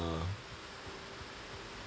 uh